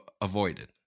avoided